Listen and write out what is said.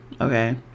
okay